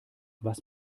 was